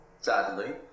sadly